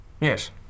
Yes